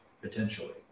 potentially